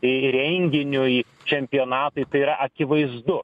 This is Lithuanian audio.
ir renginiui čempionatui tai yra akivaizdu